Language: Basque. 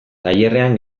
tailerrean